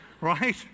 right